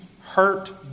hurt